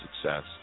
success